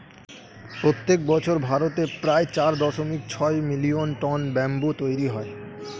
প্রত্যেক বছর ভারতে প্রায় চার দশমিক ছয় মিলিয়ন টন ব্যাম্বু তৈরী হয়